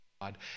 God